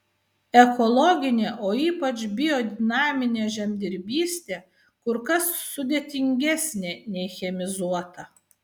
ekologinė o ypač biodinaminė žemdirbystė kur kas sudėtingesnė nei chemizuota